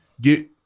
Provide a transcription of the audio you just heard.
get